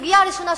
הסוגיה הראשונה,